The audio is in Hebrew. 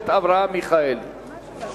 חבר הכנסת אברהם מיכאלי.